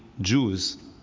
Jews